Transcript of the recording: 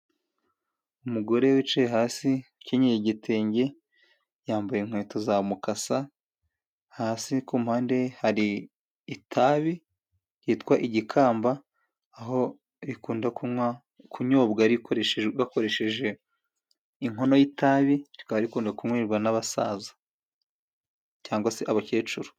Umugore wicaye hasi akenyeye igitenge, yambaye inkweto za mukasa, hasi kumpande hari itabi ryitwa igikamba aho rikunda kunyobwa, bakoresheje inkono y' itabi hakaba rikunda kunyobwa n' abasaza cyangwa se abakecuru.